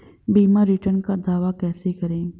बीमा रिटर्न का दावा कैसे करें?